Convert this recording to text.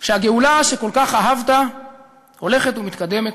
שהגאולה שכל כך אהבת הולכת ומתקדמת,